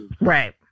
Right